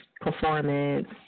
performance